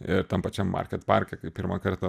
ir tam pačiam market parke kai pirmą kartą